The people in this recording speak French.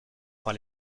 par